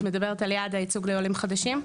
את מדברת על היעד לייצוג לעולים חדשים?